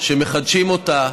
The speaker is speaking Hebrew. שמחדשים אותה,